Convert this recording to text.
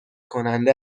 کننده